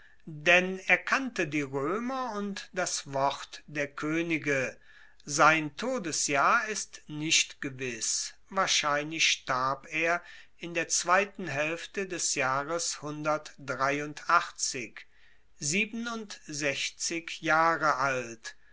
denn er kannte die roemer und das wort der koenige sein todesjahr ist nicht gewiss wahrscheinlich starb er in der zweiten haelfte des jahres siebenundsechzig jahre alt